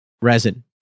resin